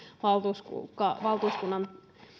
valtuuskunnan